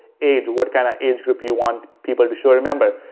age, what kind of age group you want people to show. remember,